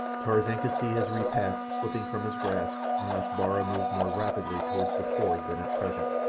tarzan could see his repast slipping from his grasp unless bara moved more rapidly toward the ford than at present.